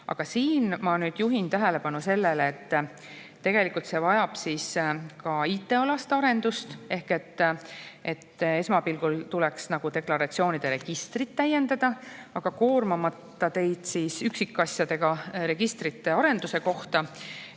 Aga siin ma juhin tähelepanu sellele, et tegelikult see vajab ka IT-arendust ehk esmapilgul tuleks deklaratsioonide registrit täiendada. Aga ma ei koorma teid üksikasjadega registrite arenduse kohta.